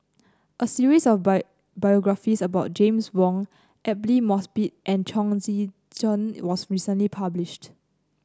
a series of by biographies about James Wong Aidli Mosbit and Chong Tze Chien was recently published